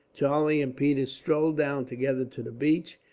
charlie and peters strolled down together to the beach,